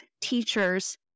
teachers